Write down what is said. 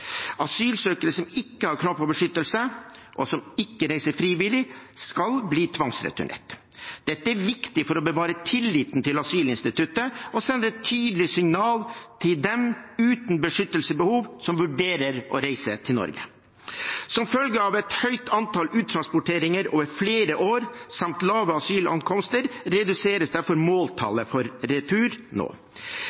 Asylsøkere som ikke har krav på beskyttelse, og som ikke reiser frivillig, skal bli tvangsreturnert. Dette er viktig for å bevare tilliten til asylinstituttet og sender et tydelig signal til dem uten beskyttelsesbehov som vurderer å reise til Norge. Som følge av et høyt antall uttransporteringer over flere år samt lave asylankomster reduseres derfor